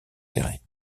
serrés